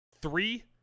Three